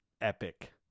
epic